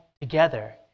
together